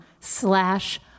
slash